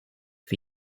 for